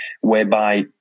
whereby